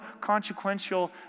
consequential